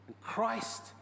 Christ